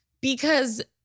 Because-